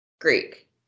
Greek